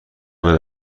بده